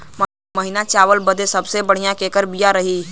महीन चावल बदे सबसे बढ़िया केकर बिया रही?